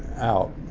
out.